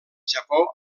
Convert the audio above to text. japó